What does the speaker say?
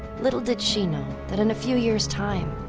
little did she know that in a few years' time,